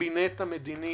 בקבינט המדיני-ביטחוני.